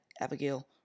Abigail